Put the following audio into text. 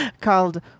Called